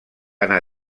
anar